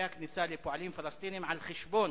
הכניסה לפועלים פלסטינים על חשבון